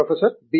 professor B